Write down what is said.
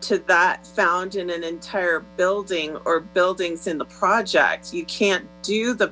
to that found in an entire building or buildings in the projects you can't do the